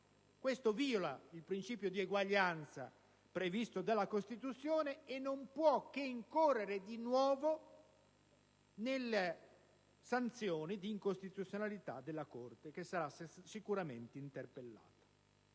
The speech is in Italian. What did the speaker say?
Ciò viola il principio di eguaglianza previsto dalla Costituzione e non può che incorrere di nuovo nella sanzione di incostituzionalità della Corte che sarà sicuramente interpellata.